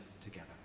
together